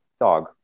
dog